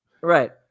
right